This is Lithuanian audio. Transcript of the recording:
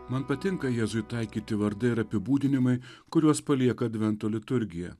man patinka jėzui taikyti vardai ir apibūdinimai kuriuos palieka advento liturgija